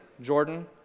Jordan